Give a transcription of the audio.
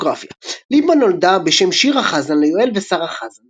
ביוגרפיה ליבמן נולדה בשם שירה חזן ליואל ושרה חזן,